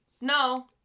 no